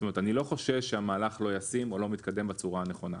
אני לא חושש שהמהלך לא ישים או לא מתקדם בצורה הנכונה,